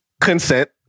Consent